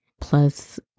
plus